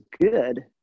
good